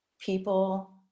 people